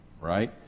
right